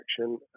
action